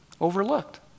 overlooked